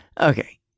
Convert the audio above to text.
okay